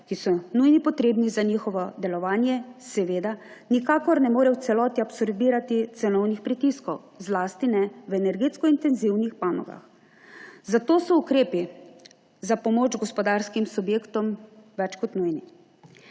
ki so nujno potrebni za njihovo delovanje, seveda nikakor ne more v celoti absorbirati cenovnih pritiskov, zlasti ne v energetsko intenzivnih panogah, zato so ukrepi za pomoč gospodarskim subjektom več kot nujni.